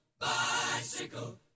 bicycle